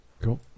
Cool